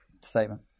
statement